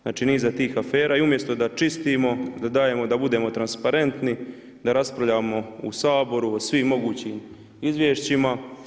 Znači niza tih afera i umjesto da čistimo, da dajemo da budemo transparentni, da raspravljamo u Saboru o svim mogućim izvješćima.